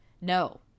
No